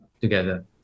together